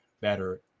better